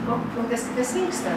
o o tas kitas sveiksta